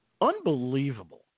unbelievable